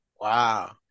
Wow